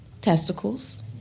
testicles